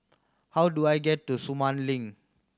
how do I get to Sumang Link